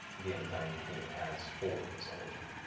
the undying king, has for this energy.